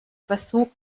versuch